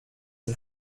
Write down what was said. and